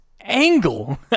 angle